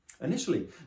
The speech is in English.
Initially